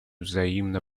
взаимно